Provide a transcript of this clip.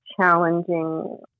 challenging